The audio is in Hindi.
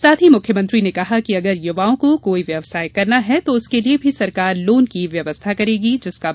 साथ ही मुख्यमंत्री ने कहा कि अगर युवाओं को कोई व्यवसाय करना है तो उसके लिए भी सरकार लोन की व्यवस्था करेगी जिसका ब्याज सरकार देगी